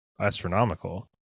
astronomical